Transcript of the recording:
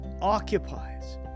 occupies